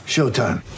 Showtime